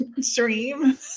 stream